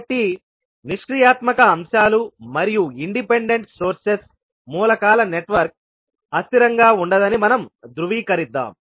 కాబట్టి నిష్క్రియాత్మక అంశాలు మరియు ఇండిపెండెంట్ సోర్సెస్ మూలకాల నెట్వర్క్ అస్థిరంగా ఉండదని మనం ధృవీకరిద్దాం